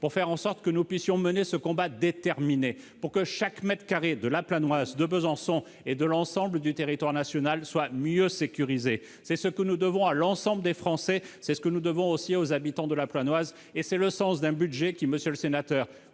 pour faire en sorte que chaque mètre carré de la Planoise, de Besançon et de l'ensemble du territoire national soit mieux sécurisé. C'est ce que nous devons à l'ensemble des Français, c'est ce que nous devons aussi aux habitants de la Planoise. C'est le sens d'un budget, monsieur le sénateur,